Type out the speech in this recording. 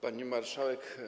Pani Marszałek!